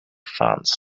fans